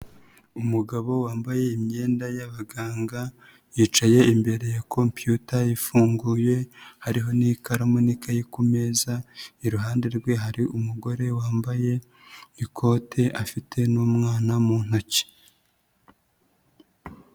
Umugabo wambaye imyenda y'abaganga, yicaye imbere ya kompiyuta ifunguye, hariho n'ikaramu n'ikayi kumeza, iruhande rwe hari umugore wambaye ikote, afite n'umwana mu ntoki.